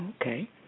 Okay